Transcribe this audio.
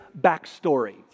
backstory